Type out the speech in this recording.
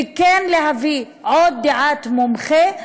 וכן להביא עוד דעת מומחה,